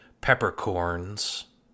peppercorns